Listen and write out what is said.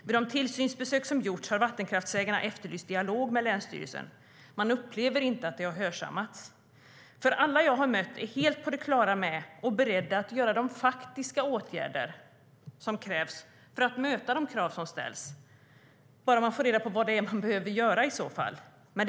Vid de tillsynsbesök som har gjorts har vattenkraftsägarna efterlyst dialog med länsstyrelsen, men de upplever inte att det har hörsammats. Alla jag har mött är helt på det klara med att man ska vara beredd att vidta de faktiska åtgärder som krävs för att möta de krav som ställs, bara man får reda på vad det i så fall är man behöver göra.